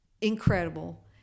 incredible